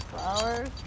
Flowers